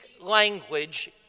language